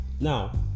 now